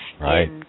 Right